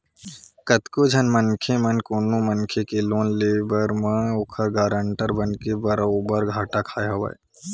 कतको झन मनखे मन ह कोनो मनखे के लोन लेवब म ओखर गारंटर बनके बरोबर घाटा खाय हवय